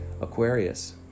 Aquarius